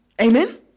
Amen